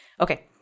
Okay